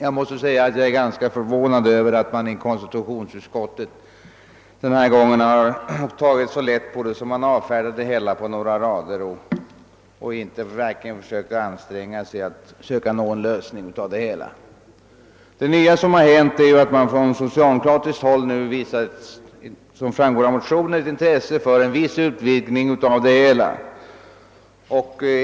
Jag är ganska förvånad över att konstitutionsutskottets majoritet denna gång har tagit så lätt på frågan att den har avfärdat det hela med några rader i stället för att verkligen försöka anstränga sig att nå en lösning. Det nya som har hänt är att man från socialdemokratiskt håll — vilket framgår av motioner — nu visar intresse för en viss utvidgning av rösträtten.